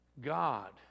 God